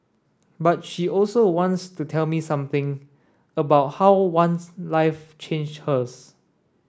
but she also wants to tell me something about how ones life changed hers